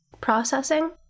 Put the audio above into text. processing